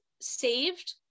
saved